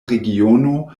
regiono